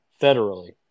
federally